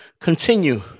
continue